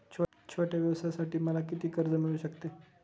छोट्या व्यवसायासाठी मला किती कर्ज मिळू शकते?